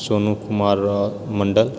Sonu Kumar Mandal